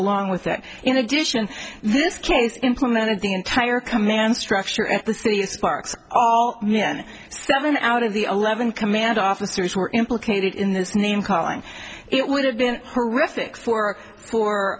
along with that in addition this case implemented the entire command structure at the city's parks all men seven out of the eleven command officers were implicated in this name calling it would have been horrific for or